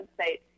website